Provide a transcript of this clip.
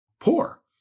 poor